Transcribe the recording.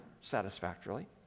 satisfactorily